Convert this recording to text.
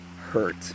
hurt